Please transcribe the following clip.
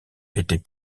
était